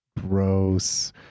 gross